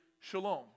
shalom